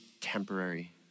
temporary